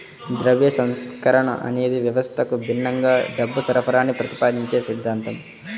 ద్రవ్య సంస్కరణ అనేది వ్యవస్థకు భిన్నంగా డబ్బు సరఫరాని ప్రతిపాదించే సిద్ధాంతం